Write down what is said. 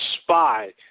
spy